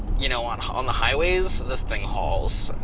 you know on on the highways, this thing hauls.